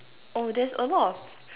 oh there's a lot of